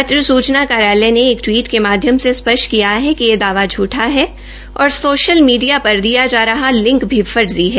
पत्र सुचना कार्यालय ने एक टवीट के माध्यम से स्पष्ट किया है कि यह दावा ज्ञठा है और सोशल मीडिया पर दिया जा रहा लिंक भी फर्जी है